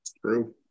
true